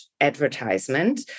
advertisement